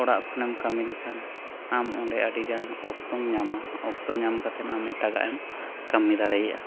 ᱚᱲᱟᱜ ᱠᱷᱚᱱᱮᱢ ᱠᱟᱹᱢᱤ ᱞᱮᱠᱷᱟᱱ ᱟᱢ ᱚᱸᱰᱮ ᱟᱹᱰᱤ ᱜᱟᱱ ᱚᱠᱛᱚᱢ ᱧᱟᱢᱟ ᱚᱠᱛᱚ ᱧᱟᱢ ᱠᱟᱛᱮ ᱟᱢ ᱮᱴᱟᱜᱟᱜ ᱮᱢ ᱠᱟᱹᱢᱤ ᱫᱟᱲᱮᱭᱟᱜᱼᱟ